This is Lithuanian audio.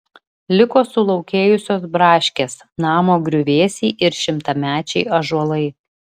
liko sulaukėjusios braškės namo griuvėsiai ir šimtamečiai ąžuolai